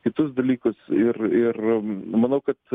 kitus dalykus ir ir manau kad